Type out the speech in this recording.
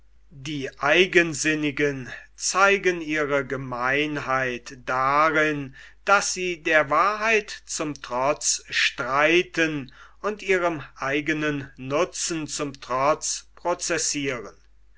die eigensinnigen zeigen ihre gemeinheit darin daß sie der wahrheit zum trotz streiten und ihrem eigenen nutzen zum trotz